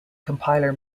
compiler